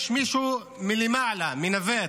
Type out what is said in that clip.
יש מישהו מלמעלה שמנווט,